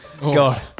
God